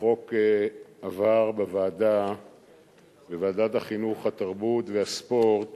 החוק עבר בוועדת החינוך, התרבות והספורט